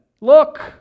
Look